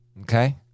Okay